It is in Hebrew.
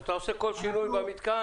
אתה עושה כל שינוי במתקן